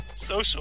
Social